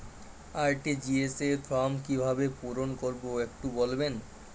RTGS form কিভাবে পূরণ করবো একটু বলবেন?